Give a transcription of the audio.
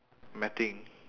matting